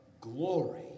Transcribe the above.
glory